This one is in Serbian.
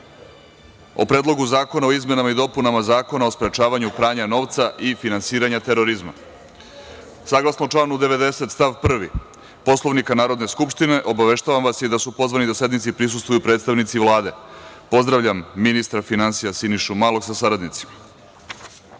o Predlogu zakona o izmenama i dopunama Zakona o sprečavanju pranja novca i finansiranja terorizma. Saglasno članu 90. stav 1. Poslovnika Narodne skupštine, obaveštavam vas da su pozvani da sednici prisustvuju predstavnici Vlade. Pozdravljam ministra finansija, Sinišu Malog, sa saradnicima. Saglasno